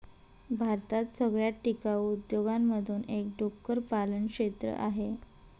भारतात सगळ्यात टिकाऊ उद्योगांमधून एक डुक्कर पालन क्षेत्र आहे